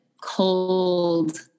cold